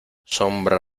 sombra